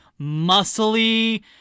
muscly